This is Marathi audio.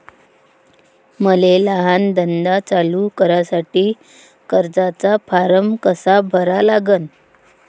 मले लहान धंदा चालू करासाठी कर्जाचा फारम कसा भरा लागन?